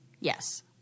Yes